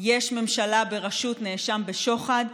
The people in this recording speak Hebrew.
יש ממשלה בראשות נאשם בשוחד,